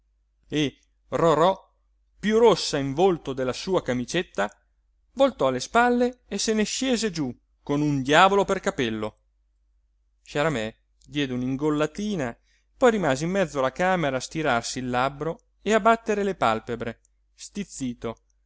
e rorò piú rossa in volto della sua camicetta voltò le spalle e se ne scese giú con un diavolo per capello sciaramè diede un'ingollatina poi rimase in mezzo alla camera a stirarsi il labbro e a battere le pàlpebre stizzito